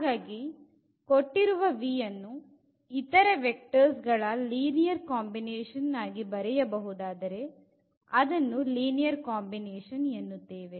ಹಾಗಾಗಿ ಕೊಟ್ಟಿರುವ v ಅನ್ನು ಇತರ ವೆಕ್ಟರ್ಸ್ ಗಳ ಲೀನಿಯರ್ ಕಾಂಬಿನೇಶನ್ ಆಗಿ ಬರೆಯಬಹುದಾದರೆ ಅದನ್ನು ಲೀನಿಯರ್ ಕಾಂಬಿನೇಶನ್ ಎನ್ನುತ್ತೇವೆ